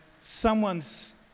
someone's